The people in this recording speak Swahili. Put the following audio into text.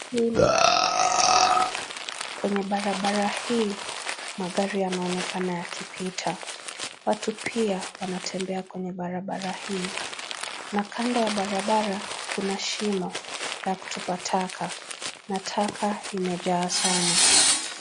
Hii ni barabara ya lami. Kwenye barabara hii magari yanaonekana yakipita. Watu pia wanatembea kwenye barabara hii na kando ya barabara, kuna shimo la kutupa taka. Na taka imejaa sana.